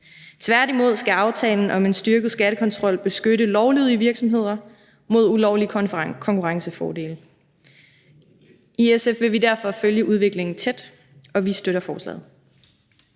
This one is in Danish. Tværtimod skal aftalen om en styrket skattekontrol beskytte lovlydige virksomheder mod ulovlige konkurrencefordele. I SF vil vi derfor følge udviklingen tæt, og vi støtter forslaget.